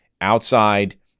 outside